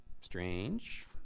strange